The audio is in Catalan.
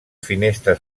finestres